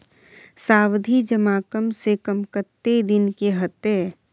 सावधि जमा कम से कम कत्ते दिन के हते?